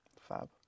Fab